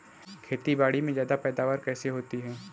खेतीबाड़ी में ज्यादा पैदावार कैसे होती है?